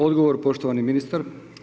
Odgovor poštovani ministar.